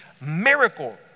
miracle